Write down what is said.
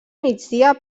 migdia